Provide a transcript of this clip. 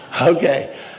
okay